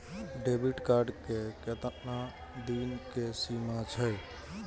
Debit card के केतना दिन के सीमा छै?